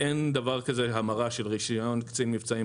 אין דבר כזה של המרה של רישיון קצין מבצעים